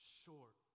short